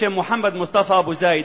מוחמד מוסטפא אבו זייד,